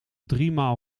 driemaal